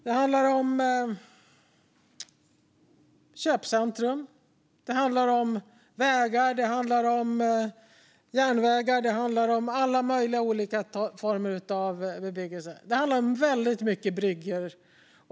Det handlar om köpcentrum, det handlar om vägar och det handlar om järnvägar. Det handlar om alla möjliga former av bebyggelse. Det handlar om väldigt mycket bryggor.